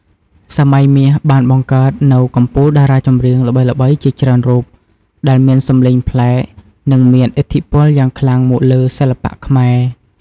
សម័យមាសបានបង្កើតនូវកំពូលតារាចម្រៀងល្បីៗជាច្រើនរូប ដែលមានសំឡេងប្លែក និងមានឥទ្ធិពលយ៉ាងខ្លាំងមកលើសិល្បៈខ្មែរ។